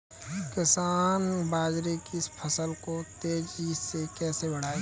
किसान बाजरे की फसल को तेजी से कैसे बढ़ाएँ?